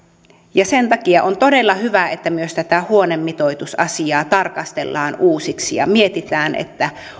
sen takia on todella hyvä että myös tätä huonemitoitusasiaa tarkastellaan uusiksi ja mietitään